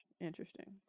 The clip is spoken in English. interesting